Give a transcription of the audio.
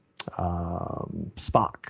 Spock